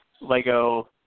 Lego